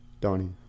Donnie